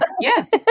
Yes